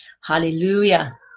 Hallelujah